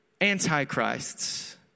antichrists